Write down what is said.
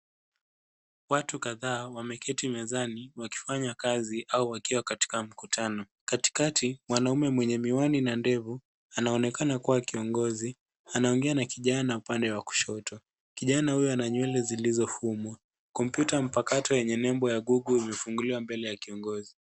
Watu kadhaa wameketi mezani wakifanya kazi au wakiwa katika mkutano. Katikati, mwanaume mwenye miwani na ndevu anaonekana kuwa kiongozi, anaongea na kijana upande wa kushoto. Kijana huyo ana nywele zilizofumwa. Kompyuta mpakato yenye nembo ya Google imefunguliwa mbele ya kiongozi.